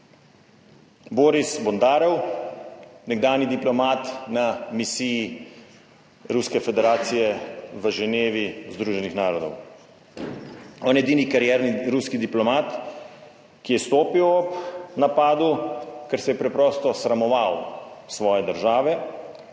Boris Bondarev, nekdanji diplomat na misiji Ruske federacije v Ženevi Združenih narodov, on, edini karierni ruski diplomat, ki je odstopil ob napadu, ker se je preprosto sramoval svoje države